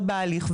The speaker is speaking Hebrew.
בהליך.